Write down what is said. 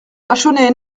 vachonnet